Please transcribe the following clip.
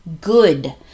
good